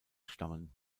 stammen